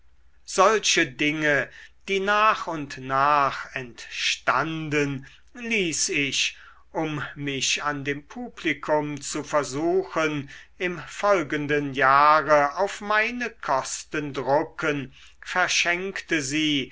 solche dinge die nach und nach entstanden ließ ich um mich an dem publikum zu versuchen im folgenden jahre auf meine kosten drucken verschenkte sie